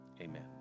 Amen